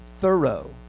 thorough